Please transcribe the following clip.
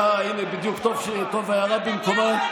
אה, הינה, בדיוק, הערה במקומה,